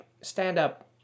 stand-up